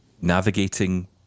navigating